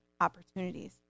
opportunities